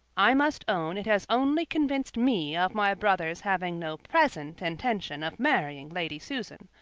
i must own it has only convinced me of my brother's having no present intention of marrying lady susan,